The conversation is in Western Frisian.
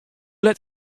let